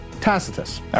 Tacitus